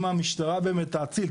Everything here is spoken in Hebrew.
אם המשטרה באמת תאציל,